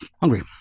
Hungry